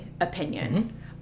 opinion